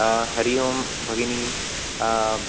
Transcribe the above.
हरि ओम् भगिनी